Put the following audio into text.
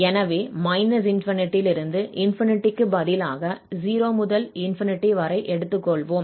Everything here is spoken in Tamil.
எனவே −∞ லிருந்து ∞ க்கு பதிலாக 0 முதல் ∞ வரை எடுத்துக்கொள்வோம்